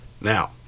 Now